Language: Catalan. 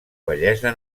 bellesa